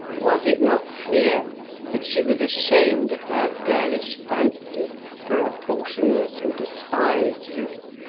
was it not clear that she was ashamed of her girlish fancy for a portionless and despised youth?